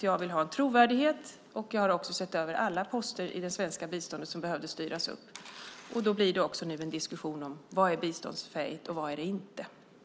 Jag vill ha en trovärdighet, och jag har också sett över alla poster i det svenska biståndet som behövde styras upp. Då blir det också en diskussion om vad som är biståndsfähigt och vad som inte är det.